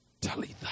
Talitha